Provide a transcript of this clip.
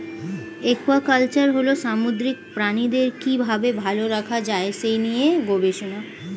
aquaculture হল সামুদ্রিক প্রাণীদের কি ভাবে ভালো রাখা যায় সেই নিয়ে গবেষণা